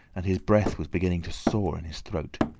and his breath was beginning to saw in his throat.